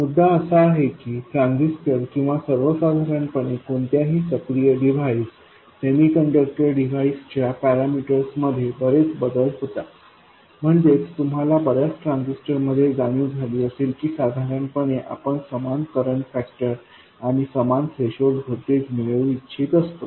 मुद्दा असा आहे की ट्रान्झिस्टर किंवा सर्वसाधारणपणे कोणत्याही सक्रिय डिव्हाइस सेमीकंडक्टर डिव्हाइस च्या पॅरामीटर्समध्ये बरेच बदल होतात म्हणजेच तुम्हाला बर्याच ट्रान्झिस्टरमध्ये जाणीव झाली असेल कि साधारणपणे आपण समान करंट फॅक्टर आणि समान थ्रेशोल्ड व्होल्टेज मिळवू इच्छित असतो